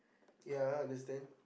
ya understand